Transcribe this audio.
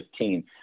2015